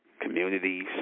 communities